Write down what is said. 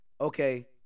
okay